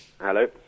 Hello